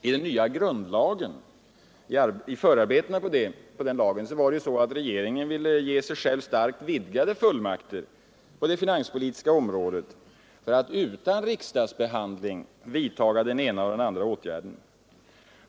I förarbetena till den nya grundlagen önskade ju regeringen ge sig själv starkt vidgade fullmakter på det finanspolitiska området för att utan riksdagsbehandling kunna vidta olika åtgärder.